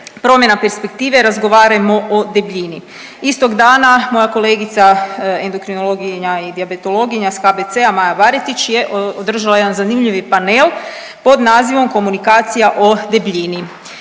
„Promjena perspektive, razgovarajmo o debljini“. Istog dana moja kolegica endokrinologinja i dijabetologija s KBC-a Maja Baretić je održala jedan zanimljivi panel pod nazivom „Komunikacija o debljini“